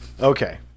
Okay